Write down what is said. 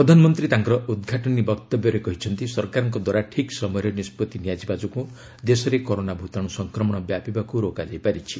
ପ୍ରଧାନମନ୍ତ୍ରୀ ତାଙ୍କର ଉଦ୍ଘାଟନୀ ବକ୍ତବ୍ୟରେ କହିଛନ୍ତି ସରକାରଙ୍କ ଦ୍ୱାରା ଠିକ୍ ସମୟରେ ନିଷ୍ପଭି ନିଆଯିବା ଯୋଗୁଁ ଦେଶରେ କରୋନା ଭୂତାଣୁ ସଂକ୍ରମଣ ବ୍ୟାପିବାକୁ ରୋକାଯାଇ ପାରିଛି